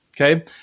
Okay